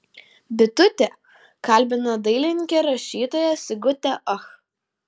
bitutė kalbina dailininkę rašytoją sigutę ach